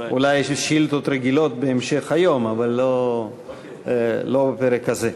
אולי שאילתות רגילות בהמשך היום, אבל לא בפרק הזה.